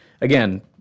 Again